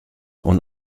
und